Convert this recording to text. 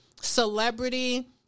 celebrity